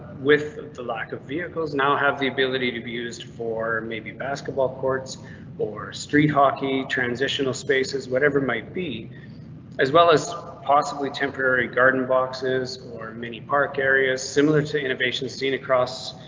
with the lack of vehicles now have the ability to be used for maybe basketball courts or street hockey transitional spaces. whatever might be as well as possibly temporary garden boxes or mini park areas similar to innovations seen across